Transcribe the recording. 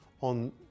on